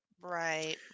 Right